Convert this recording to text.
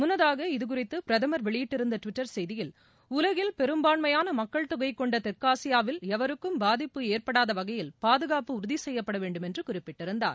முன்னதாக இதுகுறித்து பிரதமர் வெளியிட்டிருந்த பெரும்பான்மையான மக்கள் தொகை கொண்ட தெற்காசியாவில் எவருக்கும் பாதிப்பு ஏற்படாத வகையில் பாதகாப்பு உறுதி செய்யப்பட வேண்டும் என்று குறிப்பிட்டிருந்தார்